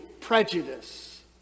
prejudice